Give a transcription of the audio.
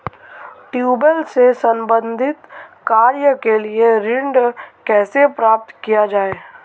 Tubewell से संबंधित कार्य के लिए ऋण कैसे प्राप्त किया जाए?